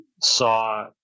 saw